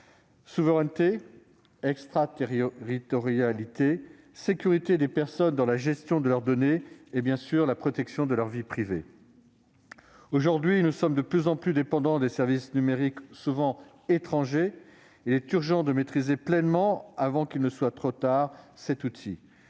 souveraineté, extraterritorialité, sécurité des personnes dans la gestion de leurs données et protection de la vie privée. Aujourd'hui, nous sommes de plus en plus dépendants de services numériques souvent étrangers. Il est donc urgent de maîtriser pleinement cet outil, avant qu'il ne soit trop tard.